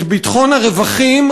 את ביטחון הרווחים,